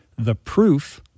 theproof